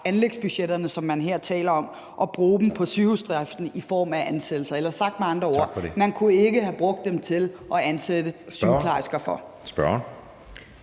anlægsbudgetterne, som man her taler om, og bruge dem på sygehusdriften i form af ansættelser. Eller sagt med andre ord: Man kunne ikke have brugt dem til at ansætte sygeplejersker for.